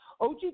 OG